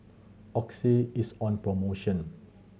Oxy is on promotion